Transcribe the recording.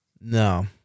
No